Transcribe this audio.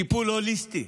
טיפול הוליסטי,